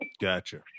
Gotcha